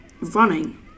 Running